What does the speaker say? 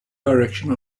direction